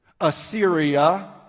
Assyria